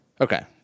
Okay